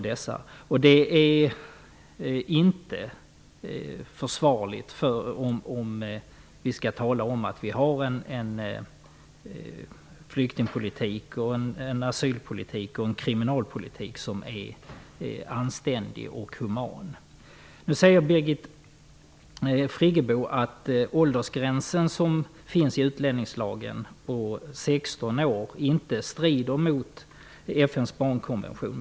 Det är inte försvarligt om vi talar om att vi har en flyktingpolitik, asylpolitik och kriminalpolitik som är anständig och human. Nu säger Birgit Friggebo att åldersgränsen på 16 år i utlänningslagen inte strider mot FN:s barnkonvention.